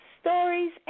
stories